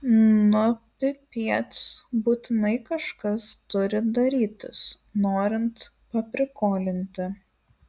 nu pipiec būtinai kažkas turi darytis norint paprikolinti